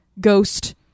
ghost